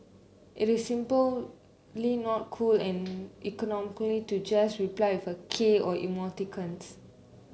it is simply not cool and to just reply with a k or emoticons